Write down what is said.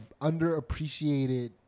underappreciated